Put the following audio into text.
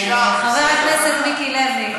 חבר הכנסת מיקי לוי,